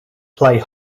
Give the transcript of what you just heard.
play